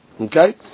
Okay